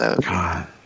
God